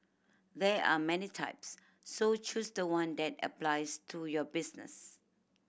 there are many types so choose the one that applies to your business